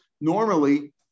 normally